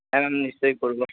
হ্যাঁ ম্যাম নিশ্চয়ই করবো